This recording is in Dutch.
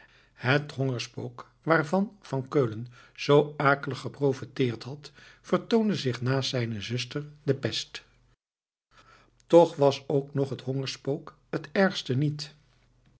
het hongerspook waarvan van keulen zoo akelig geprofeteerd had vertoonde zich naast zijne zuster de pest toch was ook nog het hongerspook het ergste niet